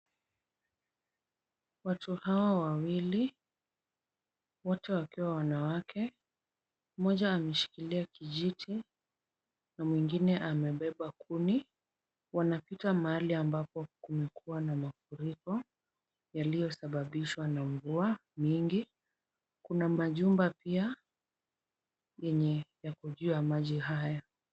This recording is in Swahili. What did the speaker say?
Watu hawa wawili, wote wakiwa wanawake. Mmoja ameshikilia kijiti na mwingine amebeba kuni. Wanapita mahali ambapo kumekuwa na mafuriko yaliyosababishwa na mvua nyingi. Kuna majumba pia yenye yako juu ya maji haya.